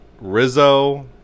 Rizzo